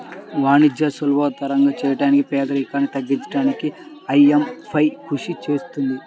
వాణిజ్యాన్ని సులభతరం చేయడానికి పేదరికాన్ని తగ్గించడానికీ ఐఎంఎఫ్ కృషి చేస్తుంది